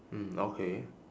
mm okay